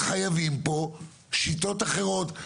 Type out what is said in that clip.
חייבים פה שיטות אחרות,